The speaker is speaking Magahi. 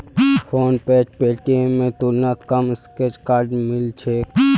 फोनपेत पेटीएमेर तुलनात कम स्क्रैच कार्ड मिल छेक